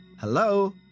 Hello